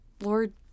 Lord